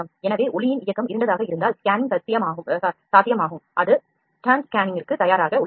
எனவே ஒளியின் இயக்கம் இருண்டதாக இருந்தால் ஸ்கேனிங் சாத்தியமாகும் அது ஸ்டாண்ட் ஸ்கேனிங்கிற்கு தயாராக உள்ளது